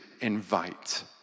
invite